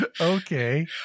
Okay